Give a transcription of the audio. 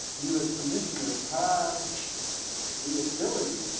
you, as commissioners have the ability,